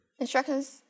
Instructions